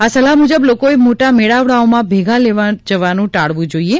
આ સલાહ મુજબ લોકોએ મોટા મેળાવડાઓમાં ભાગ લેવાનું ટાળવું જોઈએ